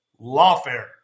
lawfare